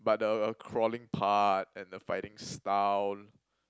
but the crawling part and the fighting style